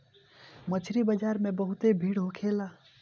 मछरी बाजार में बहुते भीड़ होखेला